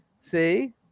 See